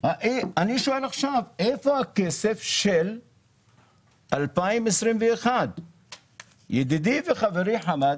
אני שואל עכשיו איפה הכסף של 2021. ידידי וחברי חמד